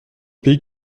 pays